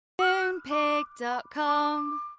Moonpig.com